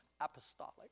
apostolic